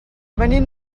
venim